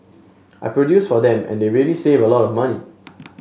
I produce for them and they really save a lot of money